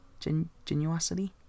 Genuosity